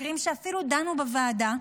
מקרים שאפילו דנו עליהם בוועדה,